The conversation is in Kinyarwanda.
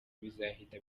bizahita